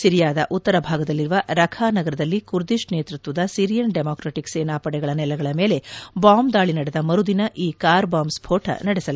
ಸಿರಿಯಾದ ಉತ್ತರ ಭಾಗದಲ್ಲಿರುವ ರಖಾ ನಗರದಲ್ಲಿ ಕುರ್ದಿಶ್ ನೇತೃತ್ವದ ಸಿರಿಯನ್ ಡೆಮಾಕ್ರೆಟಿಕ್ ಸೇನಾಪಡೆಗಳ ನೆಲೆಗಳ ಮೇಲೆ ಬಾಂಬ್ ದಾಳಿ ನಡೆದ ಮರುದಿನ ಈ ಕಾರ್ ಬಾಂಬ್ ಸ್ಪೋಟ ನಡೆಸಲಾಗಿದೆ